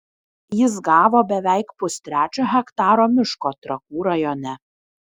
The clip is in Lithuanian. jis gavo beveik pustrečio hektaro miško trakų rajone